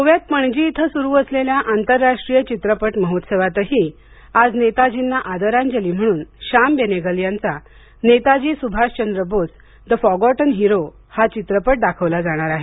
गोव्यात पणजी येथे सुरू असलेल्या आंतरराष्ट्रीय चित्रपट महोत्सवातही आज नेतार्जीना आदरांजली म्हणून श्याम बेनेगल यांचा Netaji Subhas Chandra Bose the forgotten hero हा चित्रपट दाखवला जाणार आहे